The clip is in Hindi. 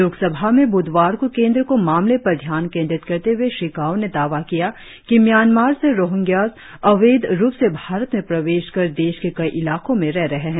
लोक सभा में ब्धवार को केंद्र को मामले पर ध्यान केंद्रित करते हए श्री गांव ने दावा किया कि म्यांमार से रोहिंग्यास अवैध रुप से भारत में प्रवेश कर देश के कई इलाको में रह रहे है